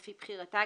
לפי בחירתה,